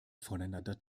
voneinander